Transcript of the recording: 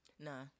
Nah